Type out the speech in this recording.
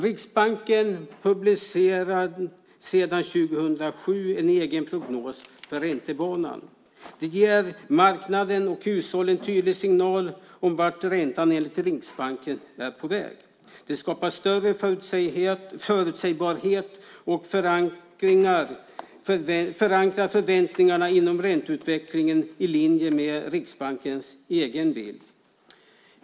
Riksbanken publicerar sedan 2007 en egen prognos för räntebanan. Det ger marknaden och hushållen en tydlig signal om vart räntan enligt Riksbanken är på väg. Det skapar större förutsägbarhet och förankrar förväntningarna om ränteutvecklingen i linje med Riksbankens egen bild.